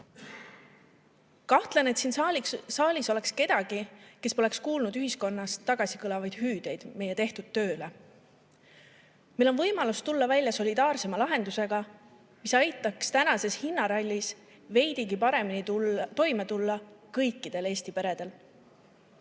Kahtlen, et siin saalis oleks kedagi, kes poleks kuulnud ühiskonnast tagasi kõlavaid hüüdeid meie tehtud tööle. Meil on võimalus tulla välja solidaarsema lahendusega, mis aitaks tänases hinnarallis veidigi paremini toime tulla kõikidel Eesti